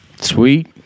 Sweet